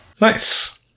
Nice